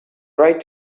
right